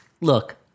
look